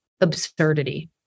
absurdity